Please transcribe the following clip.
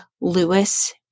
Lewis